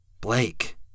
Blake